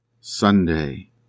Sunday